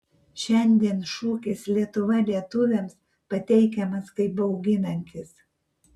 šiandien šūkis lietuva lietuviams pateikiamas kaip bauginantis